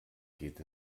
geht